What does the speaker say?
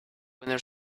when